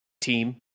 team